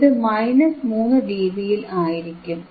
ഇത് 3ഡിബിയിൽ ആയിരിക്കും